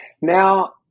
Now